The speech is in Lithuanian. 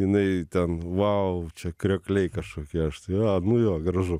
jinai ten vau čia kriokliai kažkokie aš tai a nu jo gražu